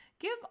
Give